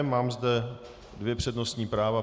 Mám zde dvě přednostní práva.